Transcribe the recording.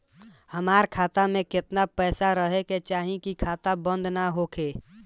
हमार खाता मे केतना पैसा रहे के चाहीं की खाता बंद ना होखे?